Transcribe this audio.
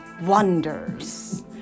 wonders